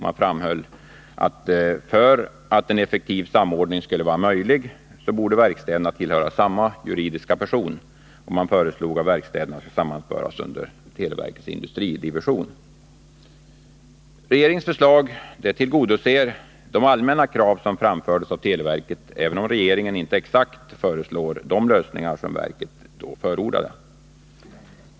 Man framhöll att för att en effektiv samordning skulle vara möjlig borde verkstäderna tillhöra samma juridiska person, och man föreslog att verkstäderna skulle sammanföras under televerkets industridivision. Regeringens förslag tillgodoser de allmänna krav som framfördes av televerket, även om regeringen inte exakt föreslår de lösningar som verket då förordade.